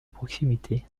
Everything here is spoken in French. proximité